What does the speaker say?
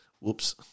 Whoops